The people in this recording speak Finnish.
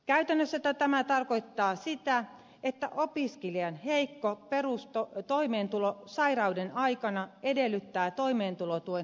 käytännössä tämä tarkoittaa sitä että opiskelijan heikko perustoimeentulo sairauden aikana edellyttää toimeentulotuen hakemista